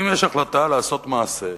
אם יש החלטה לעשות מעשה,